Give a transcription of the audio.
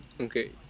Okay